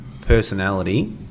personality